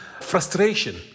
frustration